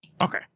Okay